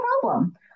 problem